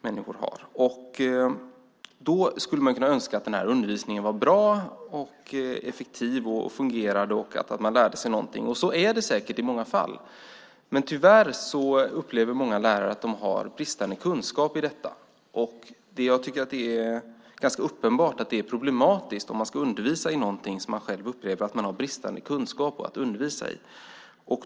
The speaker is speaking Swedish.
Man skulle kunna önska att den här undervisningen var bra, effektiv och fungerande så att man lärde sig någonting. Så är det säkert i många fall, men tyvärr upplever många lärare att de har bristande kunskap i detta. Jag tycker att det är ganska uppenbart att det är problematiskt om man ska undervisa i någonting som man själv upplever att man har bristande kunskap om.